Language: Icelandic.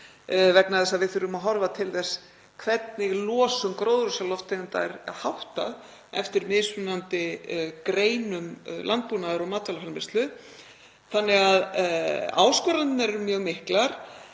vegna þess að við þurfum að horfa til þess hvernig losun gróðurhúsalofttegunda er háttað eftir mismunandi greinum landbúnaðar- og matvælaframleiðslu. Áskoranirnar eru því mjög miklar.